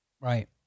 Right